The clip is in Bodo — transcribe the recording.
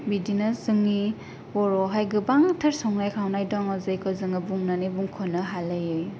बिदिनो जोंनि बर'आवहाय गोबांथार संनाय खावनाय दङ जेखौ जोङो बुंनानै बुंखनो हालायै